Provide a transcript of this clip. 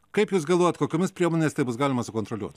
kaip jūs galvojate kokiomis priemonės taps galima sukontroliuoti